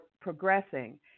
progressing